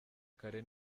kare